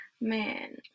man